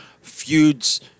feuds